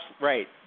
right